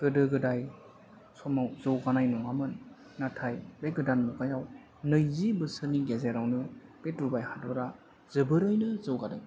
गोदो गोदाय समाव जौगानाय नङामोन नाथाय बे गोदान मुगायाव नैजि बोसोरनि गेजेरावनो बे दुबाय हादरआ जोबोरैनो जौगादों